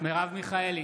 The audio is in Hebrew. מרב מיכאלי,